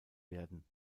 werden